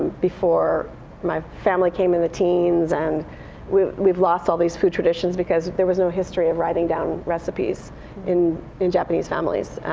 before my family came in the teens, and we've we've lost all these food traditions because there was no history of writing down recipes in in japanese families.